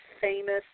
famous